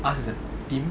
ask the team